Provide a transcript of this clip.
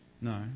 No